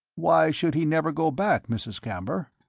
why should he never go back, mrs. camber?